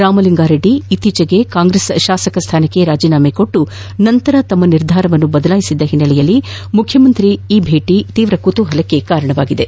ರಾಮಲಿಂಗಾ ರೆಡ್ಡಿ ಇತ್ತೀಚೆಗೆ ಕಾಂಗ್ರೆಸ್ ಶಾಸಕ ಸ್ಥಾನಕ್ಕೆ ರಾಜೀನಾಮೆ ನೀಡಿ ನಂತರ ತಮ್ಮ ನಿರ್ಧಾರವನ್ನು ಬದಲಾಯಿಸಿದ್ದ ಹಿನ್ನೆಲೆಯಲ್ಲಿ ಮುಖ್ಯಮಂತ್ರಿ ಈ ಭೇಟಿ ತೀವ್ರ ಕುತೂಹಲಕ್ಕೆ ಕಾರಣವಾಗಿದೆ